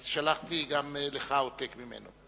אז שלחתי גם לך עותק ממנו.